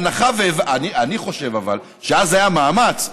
אני חושב אבל שאז היה מאמץ,